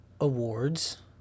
awards